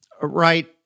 Right